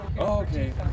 Okay